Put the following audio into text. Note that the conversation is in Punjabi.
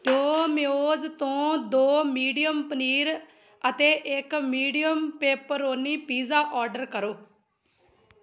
ਡੋਮਿਓਜ਼ ਤੋਂ ਦੋ ਮੀਡੀਅਮ ਪਨੀਰ ਅਤੇ ਇੱਕ ਮੀਡੀਅਮ ਪੇਪਰੋਨੀ ਪੀਜ਼ਾ ਆਰਡਰ ਕਰੋ